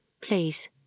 please